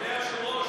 אדוני היושב-ראש,